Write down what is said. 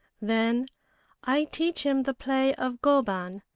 then i teach him the play of go ban,